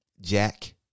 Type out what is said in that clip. Jack